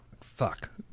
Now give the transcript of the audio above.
Fuck